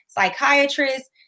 psychiatrists